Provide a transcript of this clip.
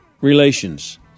relations